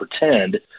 pretend